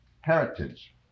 heritage